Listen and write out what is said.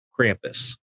Krampus